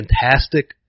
fantastic